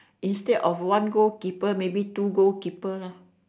instead of one goal keeper maybe two goal keeper lah